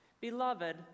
Beloved